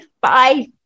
Bye